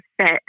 set